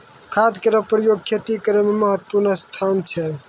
खाद केरो प्रयोग खेती करै म महत्त्वपूर्ण स्थान छै